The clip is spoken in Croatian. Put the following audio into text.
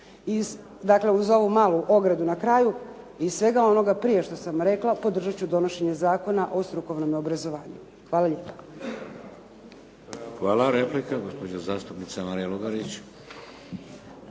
dakle uz ovu malu ogradu na kraju i iz svega onoga prije što sam rekla, podržati ću donošenje Zakona o strukovnome obrazovanju. Hvala lijepa. **Šeks, Vladimir (HDZ)** Hvala. Replika, gospođa zastupnica Marija Lugarić.